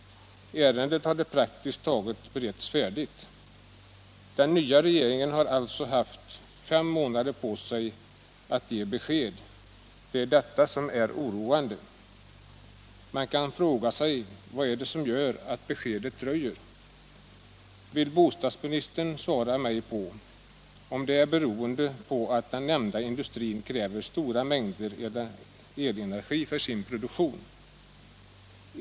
Ärendet hade praktiskt taget beretts färdigt. Den nya regeringen har alltså haft över fem månader på sig att ge besked. Det är detta som är oroande. Man kan fråga sig vad det är som gör att beskedet dröjer. Vill bostadsministern svara mig på om det är beroende på att den nämnda industrin kräver så stora mängder elenergi för sin produktion.